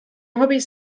hobbys